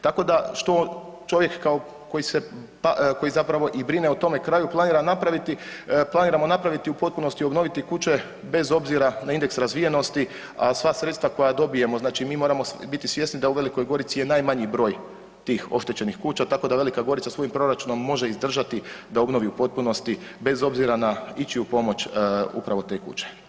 Tako da, što čovjek koji se, koji zapravo i brine o tome kraju planira napraviti, planiramo napraviti i u potpunosti obnoviti kuće, bez obzira na indeks razvijenosti, a sva sredstva koja dobijemo, znači mi moramo biti svjesni da u Velikoj Gorici je najmanji broj tih oštećenih kuća, tako da Velika Gorica svojim proračunom može izdržati da obnovi u potpunosti bez obzira na ičiju pomoć upravo te kuće.